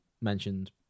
mentioned